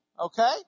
Okay